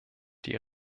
die